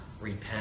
repent